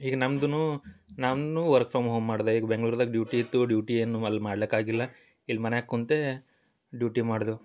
ಈಗ ನಮ್ದೂ ನಮ್ನು ವರ್ಕ್ ಫ್ರಮ್ ಹೋಮ್ ಮಾಡಿದೆ ಈಗ ಬೆಂಗ್ಳೂರ್ದಾಗೆ ಡ್ಯೂಟಿ ಇತ್ತು ಡ್ಯೂಟಿ ಏನೂ ಅಲ್ ಮಾಡಕ್ಕಾಗಿಲ್ಲ ಇಲ್ಲಿ ಮನ್ಯಾಗೆ ಕುಳ್ತೇ ಡ್ಯೂಟಿ ಮಾಡ್ದೊ